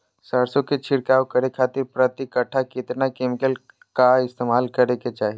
सरसों के छिड़काव करे खातिर प्रति कट्ठा कितना केमिकल का इस्तेमाल करे के चाही?